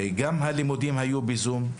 גם הלימודים היו בזום,